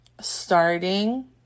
starting